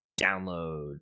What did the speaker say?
download